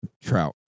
Trout